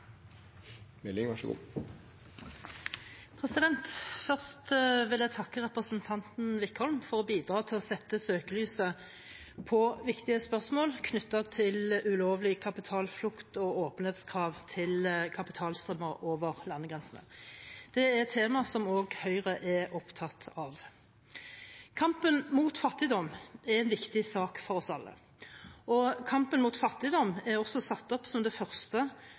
Wickholm for å bidra til å sette søkelyset på viktige spørsmål knyttet til ulovlig kapitalflukt og åpenhetskrav til kapitalstrømmer over landegrenser. Det er tema som også Høyre er opptatt av. Kampen mot fattigdom er en viktig sak for oss alle, og kampen mot fattigdom er også satt opp som det første